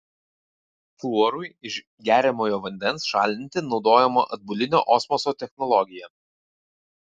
fluorui iš geriamojo vandens šalinti naudojama atbulinio osmoso technologija